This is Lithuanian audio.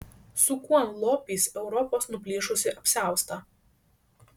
su kuom lopys europos nuplyšusį apsiaustą